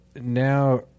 Now